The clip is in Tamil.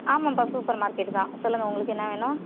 ஆமாம்பா சூப்பர் மார்க்கெட்டு தான் சொல்லுங்கள் உங்களுக்கு என்ன வேணும்